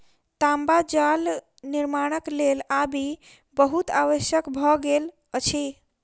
तांबा जाल निर्माणक लेल आबि बहुत आवश्यक भ गेल अछि